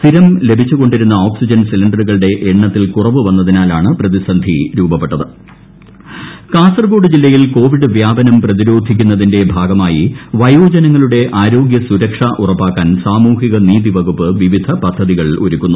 സ്ഥിരം ലഭിച്ചു കൊണ്ടിരുന്ന ഓക്സിജൻ സിലിൻഡറുകളുടെ എണ്ണത്തിൽ കുറവ് വന്നതിനാൽ ആണ് പ്രതിസന്ധി രൂപപ്പെട്ടത് കാസർകോട് ഇൻട്രോ കാസർകോട് ജില്ലയിൽ കോവിഡ് വ്യാപനം പ്രതിരോധിക്കുന്നതിന്റെ ഭാഗമായി വയോജനങ്ങളുടെ ആരോഗ്യ സുരക്ഷ ഉറപ്പാക്കാൻ സാമൂഹ്യനീതി വകുപ്പ് വിവിധ പദ്ധതികൾ ഒരുക്കുന്നു